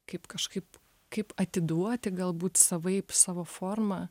kaip kažkaip kaip atiduoti galbūt savaip savo formą